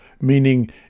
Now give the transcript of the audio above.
meaning